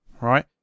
right